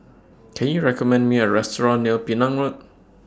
Can YOU recommend Me A Restaurant near Penang Road